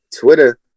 Twitter